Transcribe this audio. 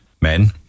men